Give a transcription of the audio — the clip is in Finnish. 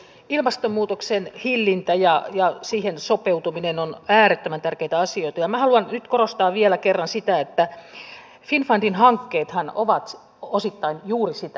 ilmastonmuutoksen hillintä ja siihen sopeutuminen ovat äärettömän tärkeitä asioita ja minä haluan nyt korostaa vielä kerran sitä että finnfundin hankkeethan ovat osittain juuri sitä